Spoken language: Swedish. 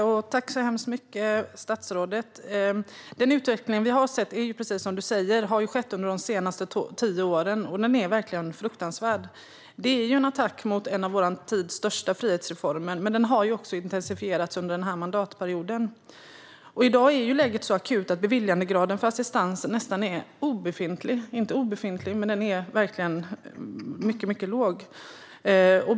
Fru talman! Den utveckling vi har sett av den personliga assistansen har, precis som statsrådet säger, skett under de senaste tio åren, och den är verkligen fruktansvärd. Det är en attack mot en av vår tids största frihetsreformer, en attack som har intensifierats under den här mandatperioden. I dag är läget så akut att beviljandegraden för assistans är om inte obefintlig så i alla fall mycket, mycket låg.